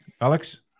Alex